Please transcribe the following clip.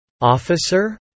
Officer